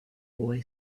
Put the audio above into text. boy